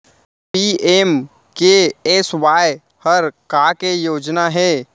PMKSY हर का के योजना हे?